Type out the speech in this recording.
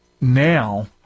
now